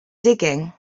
digging